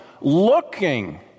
looking